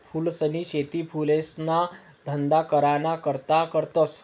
फूलसनी शेती फुलेसना धंदा कराना करता करतस